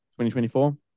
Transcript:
2024